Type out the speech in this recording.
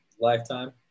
lifetime